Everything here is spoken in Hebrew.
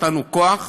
נתנו כוח,